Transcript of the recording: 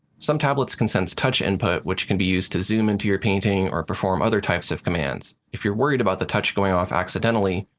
some tablets can sense touch input which can be used to zoom into your painting or perform other types of commands. if you're worried about the touch going off accidentally,